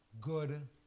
good